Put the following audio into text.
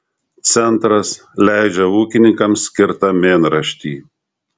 centras leidžia ūkininkams skirtą mėnraštį